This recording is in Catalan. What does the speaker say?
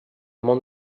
món